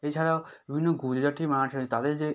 এছাড়াও বিভিন্ন গুজরাটি মারাঠিরা তাদের যে